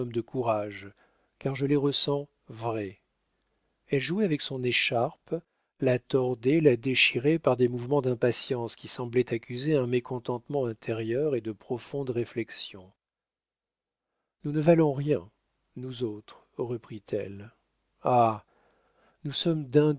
de courage car je les ressens vrai elle jouait avec son écharpe la tordait la déchirait par des mouvements d'impatience qui semblaient accuser un mécontentement intérieur et de profondes réflexions nous ne valons rien nous autres reprit-elle ah nous sommes